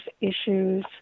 issues